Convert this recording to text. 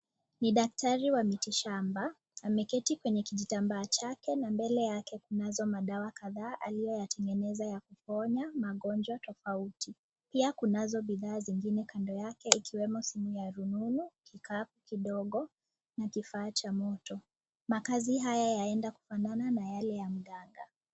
Ni daktari wa miti shamba ameketi kwenye kijitamba chake na mbele yake kunazo madawa kadhaa aliyoyatengeneza ya kuponya magonjwa tofauti pia kunazo bidhaa zingine kando yake ikiwemo simu ya rununu, kikapu kidogo, na kifaa cha moto makazi haya yaenda kufanana na yale ya mganga.